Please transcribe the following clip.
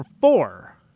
four